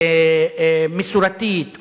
מסורתית,